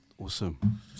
Awesome